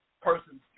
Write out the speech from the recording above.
person